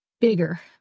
bigger